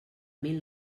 mil